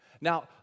Now